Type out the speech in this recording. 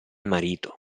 marito